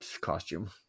costume